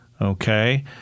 Okay